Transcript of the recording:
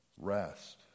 rest